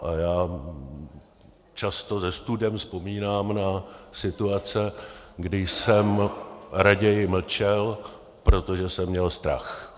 A já často se studem vzpomínám na situace, kdy jsem raději mlčel, protože jsem měl strach.